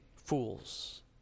fools